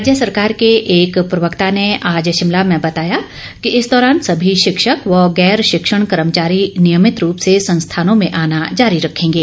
राज्य सरकार के एक प्रवक्ता ने आज शिमला में बताया कि इस दौरान सभी शिक्षक व गैर शिक्षण कर्मचारी नियमित रूप से संस्थानों में आना जारी रखेंगे